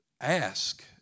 Ask